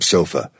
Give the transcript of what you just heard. Sofa